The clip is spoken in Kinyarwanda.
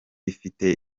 ifite